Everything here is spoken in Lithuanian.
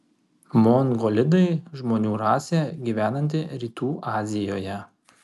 mongolidai žmonių rasė gyvenanti rytų azijoje